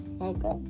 okay